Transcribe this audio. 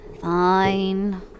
Fine